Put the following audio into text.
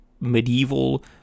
medieval